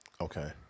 Okay